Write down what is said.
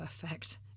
Perfect